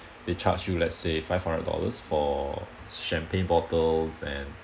they charge you let say five hundred dollars for champagne bottles and